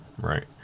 Right